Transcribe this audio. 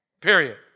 period